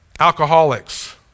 alcoholics